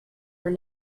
were